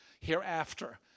hereafter